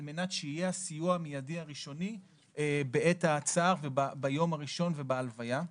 על מנת שיהיה סיוע מיידי ראשוני ביום הראשון ובהלוויה.